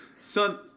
Son